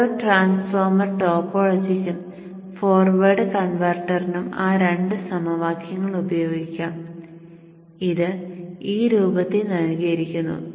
ഓരോ ട്രാൻസ്ഫോർമർ ടോപ്പോളജികൾക്കും ഫോർവേഡ് കൺവെർട്ടറിനും ആ രണ്ട് സമവാക്യങ്ങൾ ഉപയോഗിക്കാം ഇത് ഈ രൂപത്തിൽ നൽകിയിരിക്കുന്നു